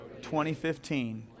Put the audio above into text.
2015